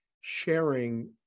sharing